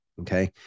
okay